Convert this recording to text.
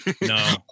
No